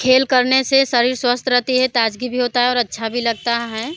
खेल करने से शरीर स्वस्थ रहता है ताज़गी की भी होती है और अच्छा भी लगता है